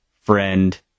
friend